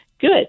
Good